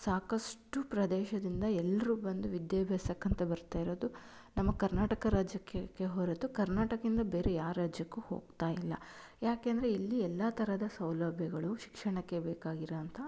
ಸಾಕಷ್ಟು ಪ್ರದೇಶದಿಂದ ಎಲ್ಲರೂ ಬಂದು ವಿದ್ಯಾಭ್ಯಾಸಕ್ಕಂತ ಬರ್ತಾ ಇರೋದು ನಮ್ಮ ಕರ್ನಾಟಕ ರಾಜ್ಯಕ್ಕೇ ಕೆ ಹೊರತು ಕರ್ನಾಟಕ್ದಿಂದ ಬೇರೆ ಯಾವ ರಾಜ್ಯಕ್ಕೂ ಹೋಗ್ತಾ ಇಲ್ಲ ಯಾಕೆಂದರೆ ಇಲ್ಲಿ ಎಲ್ಲ ಥರದ ಸೌಲಭ್ಯಗಳು ಶಿಕ್ಷಣಕ್ಕೆ ಬೇಕಾಗಿರೋಂಥ